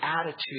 attitude